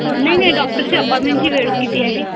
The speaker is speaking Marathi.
हो नाही नाही डॉक्टरची अपॉइमेंटची वेळ किती आहे